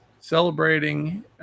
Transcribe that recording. celebrating